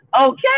Okay